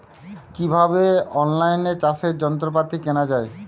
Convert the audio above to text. কিভাবে অন লাইনে চাষের যন্ত্রপাতি কেনা য়ায়?